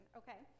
okay